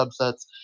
subsets